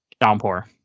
Downpour